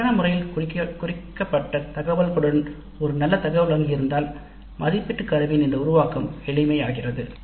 சரியான முறையில் குறிக்கப்பட்ட உருப்படிகளுடன் ஒரு நல்ல உருப்படி வங்கி இருந்தால் மதிப்பீட்டு கருவியின் இந்த உருவாக்கம் எளிமையாகிறது